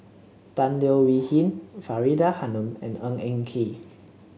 Tan Leo Wee Hin Faridah Hanum and Ng Eng Kee